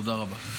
תודה רבה.